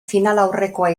finalaurrekoa